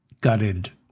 gutted